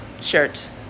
shirt